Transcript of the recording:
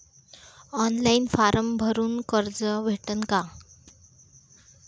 Online form भरून कर्ज भेटन का?